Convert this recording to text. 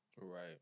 Right